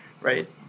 right